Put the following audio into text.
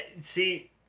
See